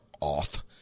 off